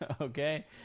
okay